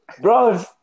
Bro